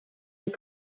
les